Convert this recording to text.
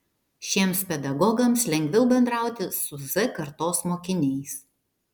šiems pedagogams lengviau bendrauti su z kartos mokiniais